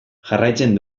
jarraitzen